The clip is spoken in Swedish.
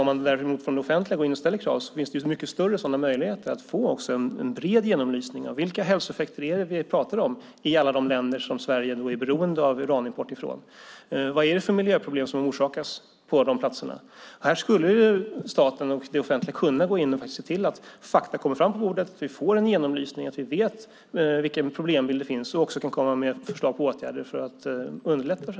Om man däremot från det offentliga går in och ställer krav finns det så mycket större möjligheter att få en bred genomlysning av de hälsoeffekter vi pratar om när det gäller alla de länder som Sverige är beroende av att importera uran från. Vad är det för miljöproblem som orsakas på de platserna? Här skulle staten och det offentliga kunna gå in och se till att fakta kommer på bordet och att vi får en genomlysning så att vi vet vad som är problembilden och kan komma med förslag till åtgärder för att underlätta.